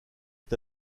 est